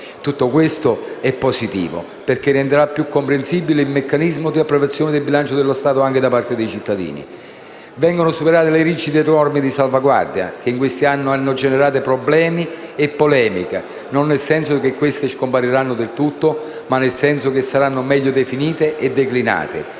Tutto questo è positivo perché renderà più comprensibile anche ai cittadini il meccanismo di approvazione del bilancio dello Stato. Vengono superate le rigide norme di salvaguardia, che in questi anni hanno generato problemi e polemiche, non nel senso che queste scompariranno del tutto, ma nel senso che saranno meglio definite e declinate.